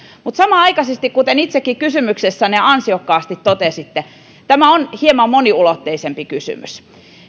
mutta samanaikaisesti kuten itsekin kysymyksessänne ansiokkaasti totesitte tämä on hieman moniulotteisempi kysymys